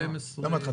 12 כלי רכב אפורים.